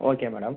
okay madam